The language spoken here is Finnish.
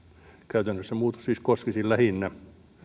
käytännössä muutos siis koskisi lähinnä